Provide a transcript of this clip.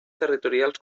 territorials